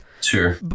Sure